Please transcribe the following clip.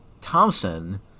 Thompson